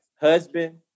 husband